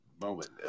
moment